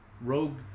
rogue